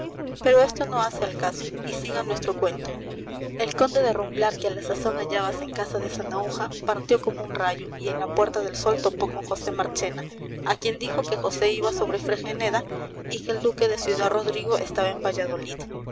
pero esto no hace al caso y siga nuestro cuento el conde de rumblar que a la sazón hallábase en casa de sanahúja partió como un rayo y en la puerta del sol topó con josé marchena a quien dijo que josé iba sobre fregeneda y que el duque de ciudad rodrigo estaba en valladolid